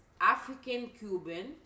African-Cuban